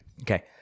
Okay